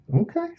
Okay